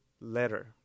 letter